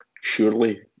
surely